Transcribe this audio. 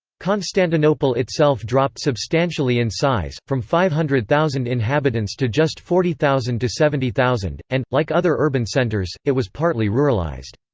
constantinople itself dropped substantially in size, from five hundred thousand inhabitants to just forty thousand seventy thousand, and, like other urban centres, it was partly ruralised.